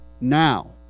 now